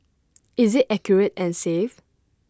is IT accurate and safe